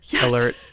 alert